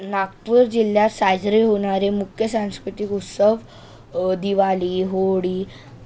नागपूर जिल्ह्यात साजरे होणारे मुख्य सांस्कृतिक उत्सव दिवाळी होळी